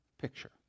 picture